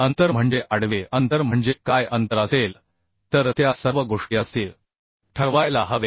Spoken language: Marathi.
अंतर म्हणजे आडवे अंतर म्हणजे काय अंतर असेल तर त्या सर्व गोष्टी असतील ठरवायला हवे